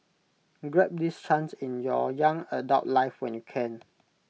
grab this chance in your young adult life when you can